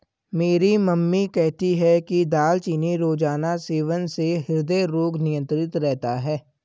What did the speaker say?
मेरी मम्मी कहती है कि दालचीनी रोजाना सेवन से हृदय रोग नियंत्रित रहता है